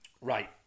Right